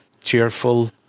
cheerful